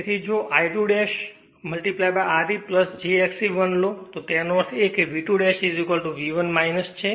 તેથી જો I2 R e j Xe 1 લો તો તેનો અર્થ એ કે તે V2 V 1 છે